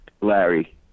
Larry